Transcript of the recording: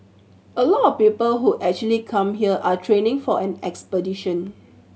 a lot of people who actually come here are training for an expedition